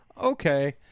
Okay